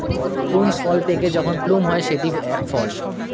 prunes ফল পেকে যখন প্লুম হয় সেটি এক ফল